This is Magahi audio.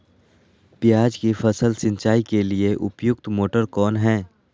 प्याज की फसल सिंचाई के लिए उपयुक्त मोटर कौन है?